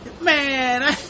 Man